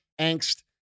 angst